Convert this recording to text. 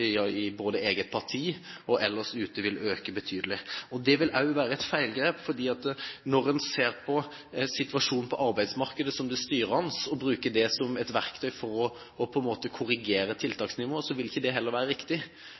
i eget parti og ellers ute vil øke betydelig. Det vil også være et feilgrep. For når man ser på situasjonen på arbeidsmarkedet som det styrende, og bruker det som et verktøy for på en måte å korrigere tiltaksnivået, vil heller ikke det være riktig.